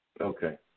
Okay